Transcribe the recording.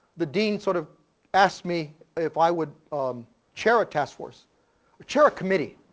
the dean sort of asked me if i would chair a task force, or chair a committee.